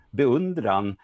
beundran